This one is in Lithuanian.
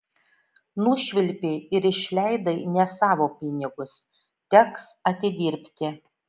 nušvilpei ir išleidai ne savo pinigus teks atidirbti